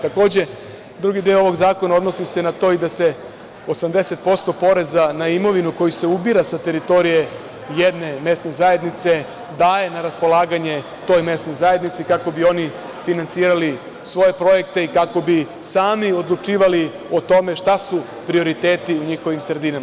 Takođe, drugi deo ovog zakona odnosi se na to i da se 80% poreza na imovinu, koji se ubira sa teritorije jedne mesne zajednice, daje na raspolaganje toj mesnoj zajednici, kako bi oni finansirali svoje projekte i kako bi sami odlučivali o tome šta su prioriteti u njihovim sredinama.